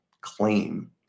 claim